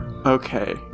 Okay